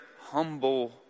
humble